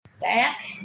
Back